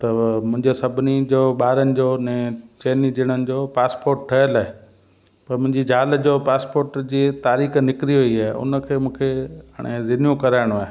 त मुंहिंजे सभिनी जो ॿारनि जो न चइनि ॼणनि जो पासपोर्ट ठहियलु आहे पर मुंहिंजी ज़ाल जो पासपोर्ट जी तारीख़ निकिरी वई आहे उन खे मूंखे हाणे रिन्यू कराइणो आहे